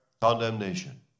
condemnation